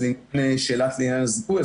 לעניין שאלת הזיכוי,